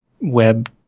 web